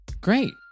Great